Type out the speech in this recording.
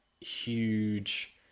huge